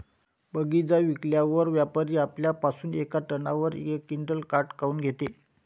बगीचा विकल्यावर व्यापारी आपल्या पासुन येका टनावर यक क्विंटल काट काऊन घेते?